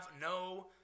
no